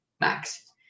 Max